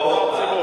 ולא לציבור.